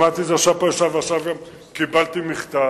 שמעתי את זה וקיבלתי מכתב.